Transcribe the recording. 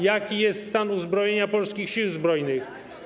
Jaki jest stan uzbrojenia polskich Sił Zbrojnych?